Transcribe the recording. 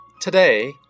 Today